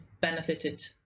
benefited